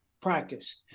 practice